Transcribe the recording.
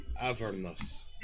Avernus